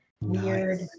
weird